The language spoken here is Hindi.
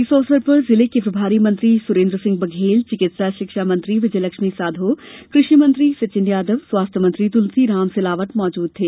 इस अवसर पर जिले के प्रभारी मंत्री सुरेन्द्र सिंह बघेल चिकित्सा शिक्षा मंत्री विजय लक्ष्मी साधो कृषि मंत्री सचिन यादव स्वास्थ्य मंत्री तुलसी सिलावट मौजूद थे